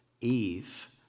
Eve